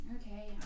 Okay